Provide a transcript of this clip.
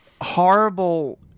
Horrible